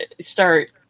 start